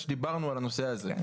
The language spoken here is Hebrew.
כשדיברנו על הנושא הזה,